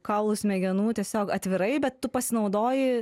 kaulų smegenų tiesiog atvirai bet tu pasinaudoji